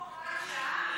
החוק הוא הוראת שעה?